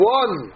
one